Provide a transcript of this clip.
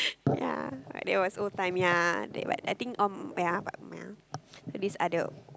ya that was old time ya they were nothing on ya ya these are they